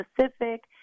specific